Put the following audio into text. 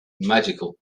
magical